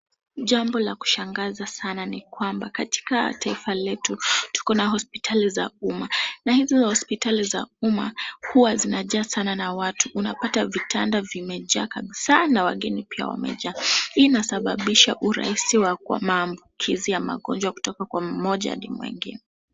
Jambo la kushangaza sana kuwa katika taifa letu, kuna hospitali za umma na hizi hospitali za umma huwa zinajaa sana na watu, unapata vitanda imejaa kabisaa na wageni pia wamejaa. Hii inasababisha urahisi wa uambukizi wa magonjwa kutoka kwa mmoja hadi mwingine.